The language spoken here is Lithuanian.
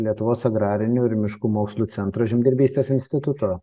lietuvos agrarinių ir miškų mokslų centro žemdirbystės instituto